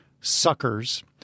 suckers